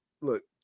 look